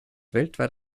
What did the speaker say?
weltweit